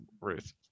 Ruth